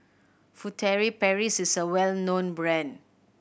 Furtere Paris is a well known brand